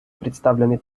представленный